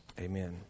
Amen